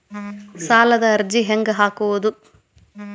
ಸಾಲದ ಅರ್ಜಿ ಹೆಂಗ್ ಹಾಕುವುದು?